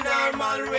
Normal